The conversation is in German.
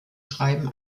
schreiben